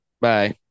Bye